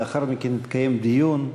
לאחר מכן יתקיים דיון.